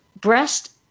breast